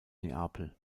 neapel